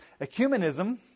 Ecumenism